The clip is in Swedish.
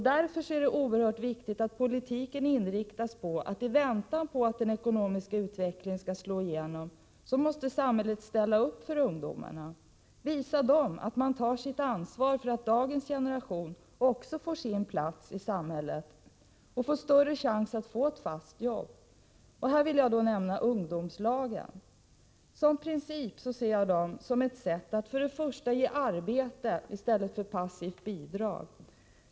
Därför är det oerhört viktigt att politiken inriktas på att samhället i väntan på att den ekonomiska utvecklingen skall slå igenom ställer upp för ungdomarna och visar dem att man tar sitt ansvar för att dagens generation också får sin plats i samhället och får större chans till ett fast jobb. Här vill jag nämna ungdomslagen. Som princip ser jag dem för det första som ett sätt att ge arbete i stället för passivt bidrag.